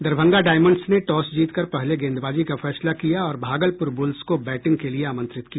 Darbhanga Diamonds ने toss जीतकर पहले गेंदबाजी का फैसला किया और भागलपुर बुल्स को बैटिंग के लिए आमंत्रित किया